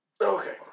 Okay